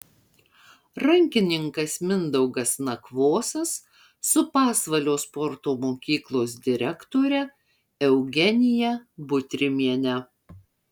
rankininkas mindaugas nakvosas su pasvalio sporto mokyklos direktore eugenija butrimiene